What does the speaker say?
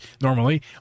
normally